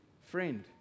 friend